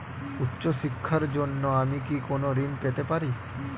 উচ্চশিক্ষার জন্য আমি কি কোনো ঋণ পেতে পারি?